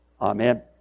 Amen